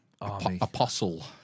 apostle